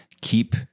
keep